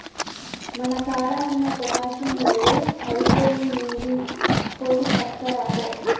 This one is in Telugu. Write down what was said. మన కాడ ఉన్న పొటాషియం ఎరువు ఐపొయినింది, పోయి పట్కరాపో